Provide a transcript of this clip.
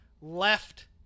left